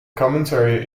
commentary